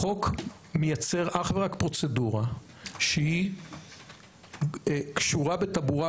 החוק מייצר אך ורק פרוצדורה שהיא קשורה בטבורה